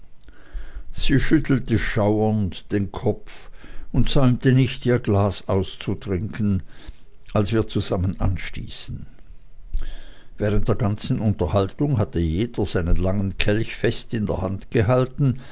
sie schüttelte schauernd den kopf und säumte nicht ihr glas auszutrinken als wir zusammen anstießen während der ganzen unterhaltung hatte jeder seinen langen kelch fest in der hand gehalten